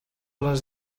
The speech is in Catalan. les